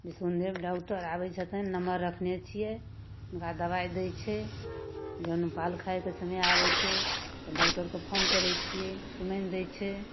Bisundev doctor आबय छथिन number रखने छियै हुनका दबाइ दै छै जहन पाल खाइके समय आबय छै तऽ डॉक्टरके फोन करै छियै सीमेन दै छै